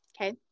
Okay